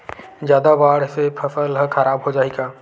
जादा बाढ़ से फसल ह खराब हो जाहि का?